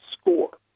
score